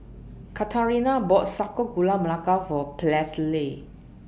Katharina bought Sago Gula Melaka For Presley